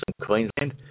Queensland